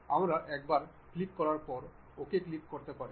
আমরা একবার ক্লিক করার পর OK ক্লিক করতে পারি